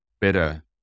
better